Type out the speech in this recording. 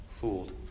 fooled